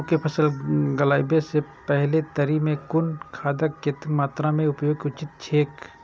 गेहूं के फसल लगाबे से पेहले तरी में कुन खादक कतेक मात्रा में उपयोग उचित छेक?